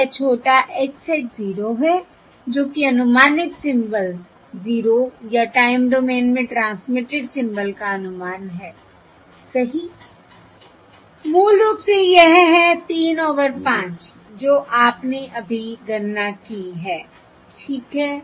यह छोटा x hat 0 है जो कि अनुमानित सिम्बल 0 या टाइम डोमेन में ट्रांसमिटेड सिम्बल का अनुमान है सही I मूल रूप से यह है 3 ओवर 5 जो आपने अभी गणना की है ठीक है